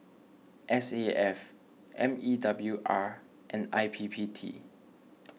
S A F M E W R and I P P T